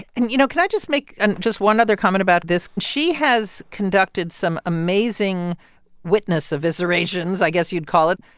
and, you know, can i just make and just one other comment about this? she has conducted some amazing witness eviscerations, i guess you'd call it.